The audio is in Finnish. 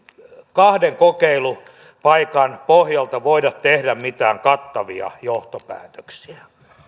kahden kokeilupaikan pohjalta voi tehdä mitään kattavia johtopäätöksiä